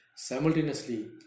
simultaneously